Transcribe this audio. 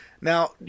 Now